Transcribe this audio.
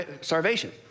starvation